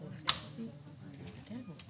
אנחנו בעד